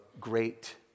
great